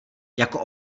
jako